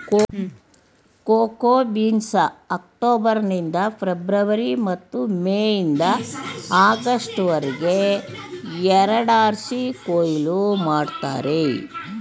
cocoa ಬೀನ್ಸ್ನ October ನಿಂದ February ಮತ್ತು ಮೇ ಇಂದ ಆಗಸ್ಟ್ ವರ್ಗೆ ಎರಡ್ಸಾರಿ ಕೊಯ್ಲು ಮಾಡ್ತರೆ